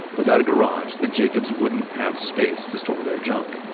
without a garage, the jacobs wouldn't have space to store their junk.